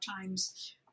times